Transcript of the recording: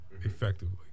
effectively